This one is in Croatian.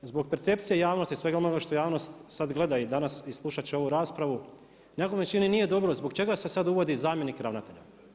Zbog percepcije javnosti i svega onoga što javnost sada gleda danas i slušat će ovu raspravu, nekako mi se čini nije dobro zbog čega se sada uvodi zamjenik ravnatelja?